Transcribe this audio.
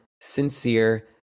sincere